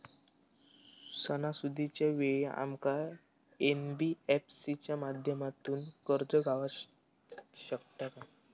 सणासुदीच्या वेळा आमका एन.बी.एफ.सी च्या माध्यमातून कर्ज गावात शकता काय?